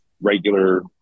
regular